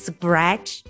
Scratch